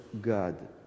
God